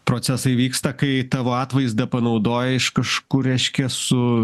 procesai vyksta kai tavo atvaizdą panaudoja iš kažkur reiškia su